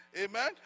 Amen